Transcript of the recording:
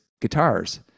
guitars